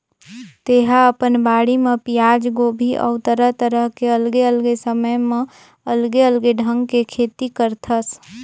तेहा अपन बाड़ी म पियाज, गोभी अउ तरह तरह के अलगे अलगे समय म अलगे अलगे ढंग के खेती करथस